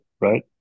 right